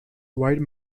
wide